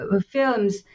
films